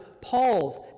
Paul's